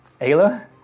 Ayla